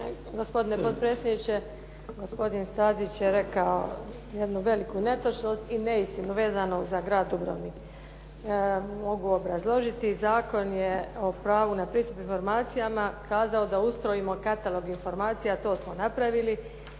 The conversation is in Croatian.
Gospodine potpredsjedniče, gospodin Stazić je rekao jednu veliku netočnost i neistinu vezano za Grad Dubrovnik. Mogu obrazložiti. Zakon je o pravu na pristup informacijama kazao da ustrojimo katalog informacija. To smo napravili